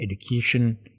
education